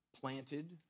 planted